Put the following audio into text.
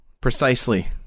precisely